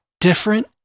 different